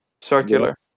Circular